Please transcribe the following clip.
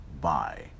bye